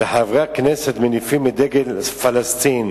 וחברי הכנסת מניפים את דגל פלסטין,